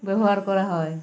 ব্যবহার করা হয়